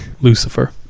lucifer